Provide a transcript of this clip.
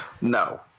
No